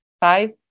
Five